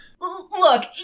Look